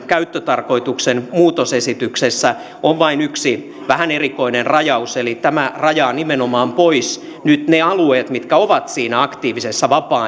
käyttötarkoituksen muutosesityksessä on vain yksi vähän erikoinen rajaus eli tämä rajaa nimenomaan pois nyt ne alueet mitkä ovat siinä aktiivisessa vapaa